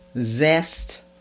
zest